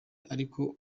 ariko